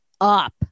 up